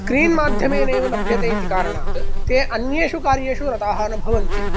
screen माध्यमेन लभ्यते इति कारणात् ते अन्येषु कार्येषु रताः न भवन्ति